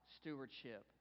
stewardship